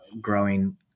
growing